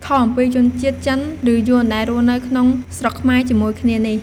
ខុសអំពីជនជាតិចិនឬយួនដែលរស់នៅក្នុងស្រុកខ្មែរជាមួយគ្នានេះ។